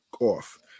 off